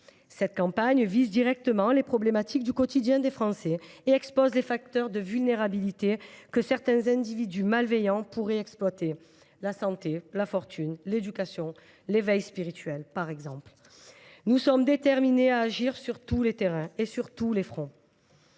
Cette campagne vise directement les problématiques quotidiennes des Français et expose les facteurs de vulnérabilité que certains individus malveillants pourraient exploiter : la santé, la fortune, l’éducation ou l’éveil spirituel par exemple. Nous sommes déterminés à agir sur tous les terrains et sur tous les fronts.